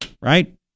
Right